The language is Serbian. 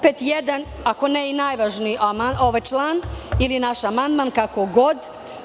Opet jedan, ako ne i najvažniji član ili naš amandman, kako god.